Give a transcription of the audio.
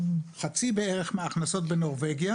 בערך חצי מההכנסות בנורבגיה